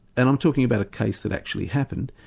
and i'm talking about a case that actually happened,